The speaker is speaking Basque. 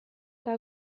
eta